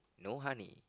no honey